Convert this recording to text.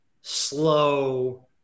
slow